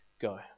Go